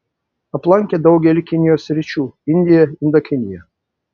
aplankė daugelį kinijos sričių indiją indokiniją